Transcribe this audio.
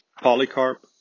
Polycarp